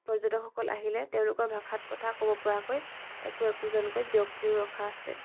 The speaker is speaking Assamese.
পৰ্যটকসকল আহিলে তেওঁলোকৰ ভাষাত কথা ক'ব পৰাকৈ একো একোজনকৈ ব্যক্তিও ৰখা আছে